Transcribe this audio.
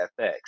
FX